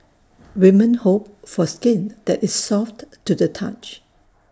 women hope for skin that is soft to the touch